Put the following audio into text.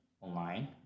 online